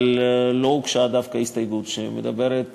אבל דווקא לא הוגשה הסתייגות שמדברת